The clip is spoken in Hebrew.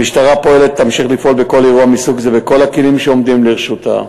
המשטרה פועלת ותמשיך לפעול בכל אירוע מסוג זה בכל הכלים שעומדים לרשותה.